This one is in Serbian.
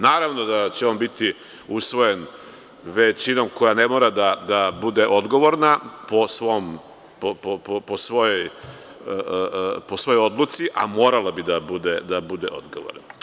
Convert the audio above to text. Naravno da će on biti usvojen većinom koja ne mora da bude odgovorna po svojoj odluci, a morala bi da bude odgovorna.